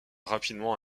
rapidement